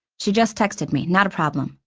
she just texted me. not a problem.